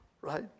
Right